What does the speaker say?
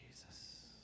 Jesus